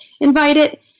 invited